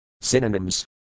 Synonyms